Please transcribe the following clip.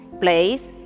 place